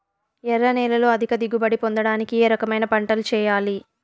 ఎర్ర నేలలో అధిక దిగుబడి పొందడానికి ఏ రకమైన పంటలు చేయాలి?